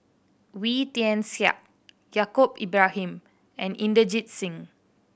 Wee Tian Siak Yaacob Ibrahim and Inderjit Singh